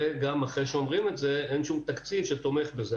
גם אחרי שאומרים את זה, אין שום תקציב שתומך בזה.